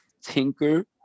tinker